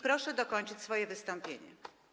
Proszę dokończyć swoje wystąpienie.